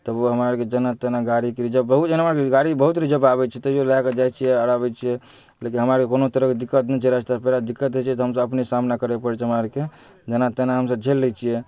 तब ओ हमरा आरके जेना तेना गाड़ी रिजर्व गाड़ी बहुत एना भेल गाड़ी बहुत रिजर्व आबै छै तैयो लैकऽ जाइ छियै आओर आबै छियै लेकिन हमरा आरके कोनो तरहके दिक्कत नहि छै रास्ता पेरा दिक्कत होइ छै तऽ हमसब अपने सामना करै परै छै हमरा आरके जेना तेना हमसब झेल लै छियै